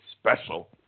special